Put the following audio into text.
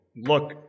Look